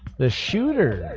issue and are